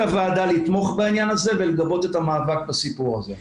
הוועדה לתמוך בעניין הזה ולגבות את המאבק בסיפור הזה.